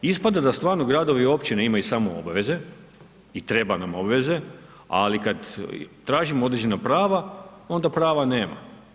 Ispada da stvarno gradovi i općine imaju samo obaveze i treba nam obveze, ali kad tražimo određena prava, onda prava nema.